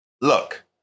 Look